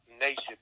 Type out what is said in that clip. nation